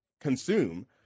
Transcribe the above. consume